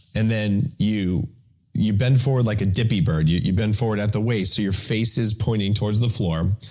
and then you you bend forward like a dippy bird. you you bend forward at the waist so your face is pointing towards the floor,